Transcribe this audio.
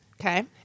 Okay